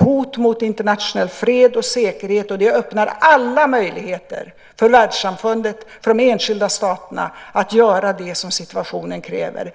hot mot internationell fred och säkerhet. Det öppnar alla möjligheter för världssamfundet, för de enskilda staterna, att göra det som situationen kräver.